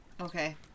okay